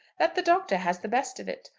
that the doctor has the best of it.